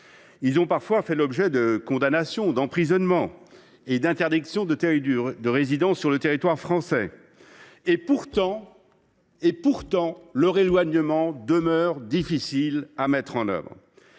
Ils ont parfois fait l’objet de condamnations, d’emprisonnements et de mesures d’interdiction du territoire français. Pourtant, leur éloignement demeure difficile à mettre en œuvre.